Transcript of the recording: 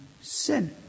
sin